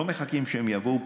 לא מחכים שהם יבואו,